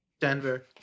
Denver